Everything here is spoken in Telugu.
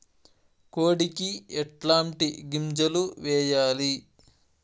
కోడికి ఎట్లాంటి గింజలు వేయాలి?